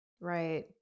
right